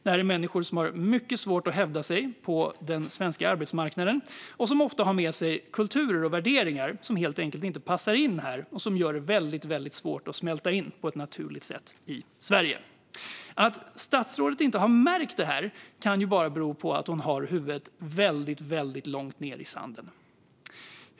Det här är människor som har mycket svårt att hävda sig på den svenska arbetsmarknaden och som ofta har med sig kulturer och värderingar som helt enkelt inte passar in här och som gör det väldigt svårt att smälta in på ett naturligt sätt i Sverige. Att statsrådet inte har märkt detta kan ju bara bero på att hon har huvudet väldigt långt nere i sanden.